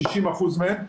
60% מהם.